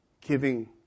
giving